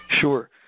Sure